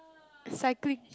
cycling